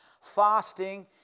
fasting